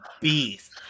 beast